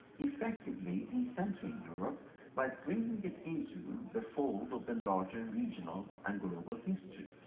effectively decentering europe but bringing it into the fold of the larger, regional and global history.